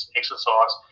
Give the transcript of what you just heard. exercise